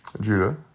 Judah